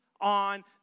on